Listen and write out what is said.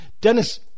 dennis